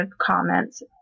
comments